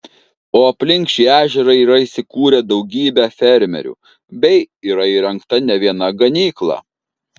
o alpink šį ežerą yra įsikūrę daugybę fermerių bei yra įrengta ne viena ganykla